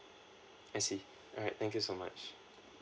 I see alright thank you so much